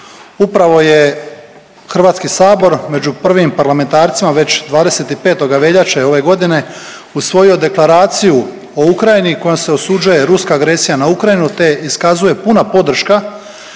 Upravo je HS među prvim parlamentarcima već 25. veljače ove godine usvojio Deklaraciju o Ukrajini kojom se osuđuje ruska agresija na Ukrajinu te iskazuje puna podrška